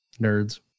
nerds